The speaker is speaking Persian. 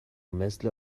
مثل